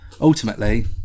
Ultimately